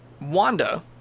Wanda